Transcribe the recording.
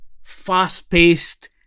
fast-paced